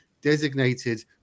designated